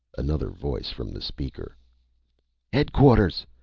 another voice from the speaker headquarters!